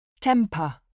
Temper